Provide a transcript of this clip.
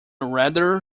rather